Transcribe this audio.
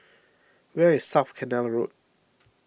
where is South Canal Road